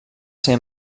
ser